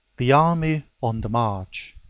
the army on the march